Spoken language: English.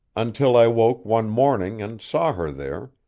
until i woke one morning and saw her there,